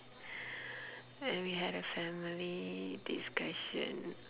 and we had a family discussion